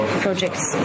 projects